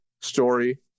story